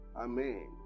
Amen